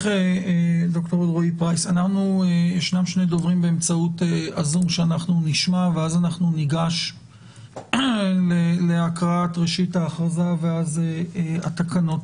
ישנם שני דוברים שנשמע באמצעות הזום ואז ניגש להקראת ההכרזה והתקנות.